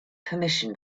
permission